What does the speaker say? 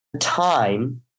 time